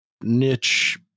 niche